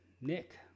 Nick